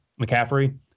McCaffrey